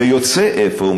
ויוצא אפוא,